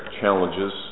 challenges